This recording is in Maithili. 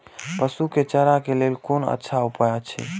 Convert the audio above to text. पशु के चारा के लेल कोन अच्छा उपाय अछि?